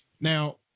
Now